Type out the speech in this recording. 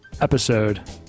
episode